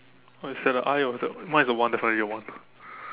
oh it's at the I of the mine is a one definitely a one